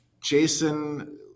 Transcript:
Jason